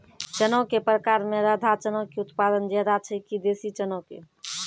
चना के प्रकार मे राधा चना के उत्पादन ज्यादा छै कि देसी चना के?